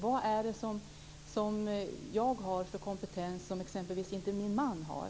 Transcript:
Vad är det som jag har för kompetens som exempelvis min man inte har?